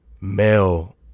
male